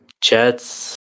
Jets